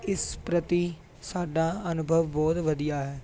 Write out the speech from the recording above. ਇਸ ਪ੍ਰਤੀ ਸਾਡਾ ਅਨੁਭਵ ਬਹੁਤ ਵਧੀਆ ਹੈ